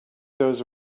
those